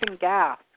gas